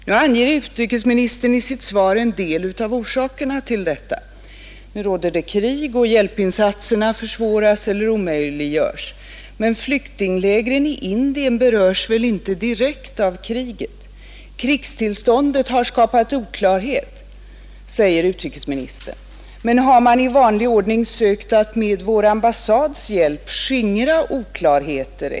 Nu anger utrikesministern i sitt svar en del av orsakerna till detta. Nu råder det krig och hjälpinsatserna försvåras eller omöjliggörs. Men flyktinglägren i Indien berörs väl inte direkt av kriget? Krigstillståndet har skapat oklarhet, säger utrikesministern. Men har man i vanlig ordning sökt att med vår ambassads hjälp skingra oklarheten?